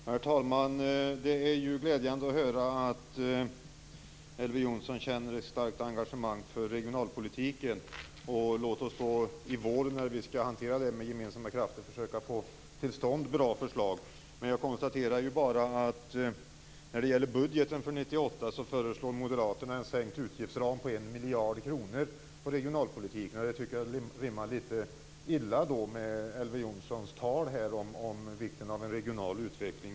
Herr talman! Det är glädjande att höra att Elver Jonsson känner ett starkt engagemang för regionalpolitiken. Låt oss i vår, när vi skall hantera den, med gemensamma krafter försöka få till stånd bra förslag. Jag konstaterar att Moderaterna när det gäller budgeten för 1998 föreslår en med en miljard kronor sänkt utgiftsram för regionalpolitiken, och det tycker jag rimmar illa med Elver Jonssons tal om vikten av en regional utveckling.